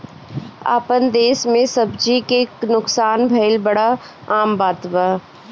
आपन देस में सब्जी के नुकसान भइल बड़ा आम बात बाटे